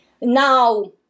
Now